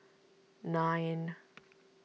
nine